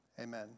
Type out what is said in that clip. Amen